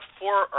four